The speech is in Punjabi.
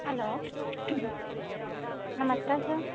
ਹੈਲੋ ਨਮਸਕਾਰ ਸਰ